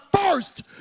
first